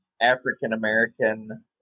African-American